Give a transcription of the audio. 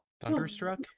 Thunderstruck